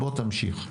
תמשיך.